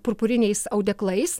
purpuriniais audeklais